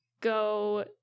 go